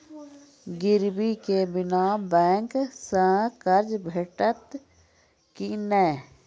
गिरवी के बिना बैंक सऽ कर्ज भेटतै की नै?